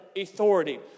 authority